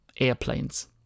airplanes